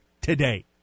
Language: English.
today